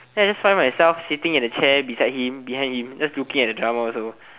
then I just find myself sitting in a chair beside him behind him just looking at the drama also